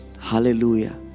hallelujah